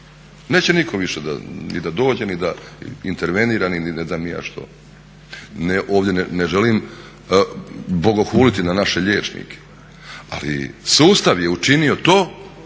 više niko ni da dođe, ni da intervenira, ni ne znam ni ja što. Ovdje ne želim bogohuliti na naše liječnike, ali sustav je učinio to